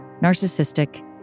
narcissistic